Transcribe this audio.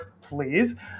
please